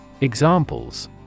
Examples